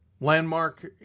Landmark